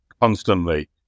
constantly